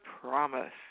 promise